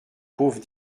pauvre